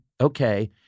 okay